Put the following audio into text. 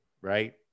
right